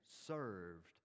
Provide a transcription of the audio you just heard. served